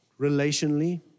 relationally